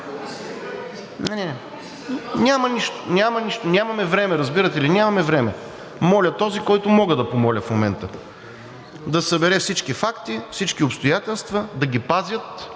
Не, не. Няма нищо. Нямаме време, разбирате ли? Нямаме време! Моля този, когото мога да помоля в момента, да събере всички факти, всички обстоятелства. Да ги пазят,